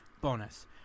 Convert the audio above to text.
bonus